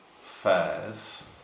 fairs